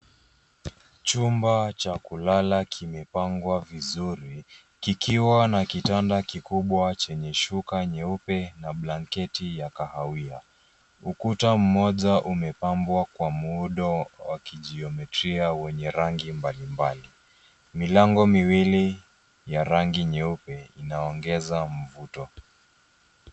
Chumba cha kulala kimepangwa vizuri kikiwa na kitanda kikubwa chenye shuka nyeupe na blanketi ya kahawia. Ukuta moja umepambwa kwa muundo wa kijiometria wenye rangi mbali mbali. Milango miwili ya rangi nyeupe inaongeza mvuto.